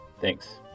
Thanks